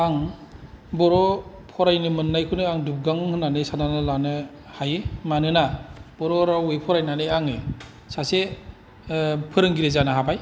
आं बर' फरायनो मोननायखौनो आं दुबगां होननानै सानना लानो हायो मानोना बर' रावै फरायनानै आङो सासे फोरोंगिरि जानो हाबाय